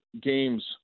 games